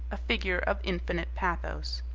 a figure of infinite pathos.